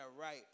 right